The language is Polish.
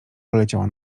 poleciała